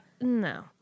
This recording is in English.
no